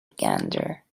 gander